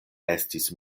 estis